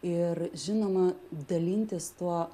ir žinoma dalintis tuo